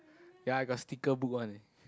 ya I got sticker book one eh